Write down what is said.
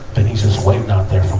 then he's just waiting out there